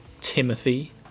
Timothy